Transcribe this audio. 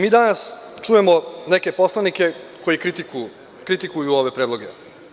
Mi danas čujemo neke poslanike koji kritikuju ove predloge.